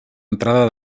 entrada